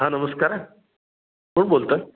हां नमस्कार कोण बोलतं